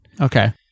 Okay